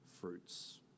fruits